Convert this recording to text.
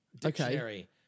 Dictionary